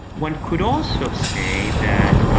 one could also say that